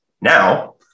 now